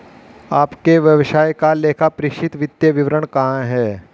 आपके व्यवसाय का लेखापरीक्षित वित्तीय विवरण कहाँ है?